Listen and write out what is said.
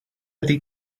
ydy